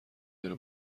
داره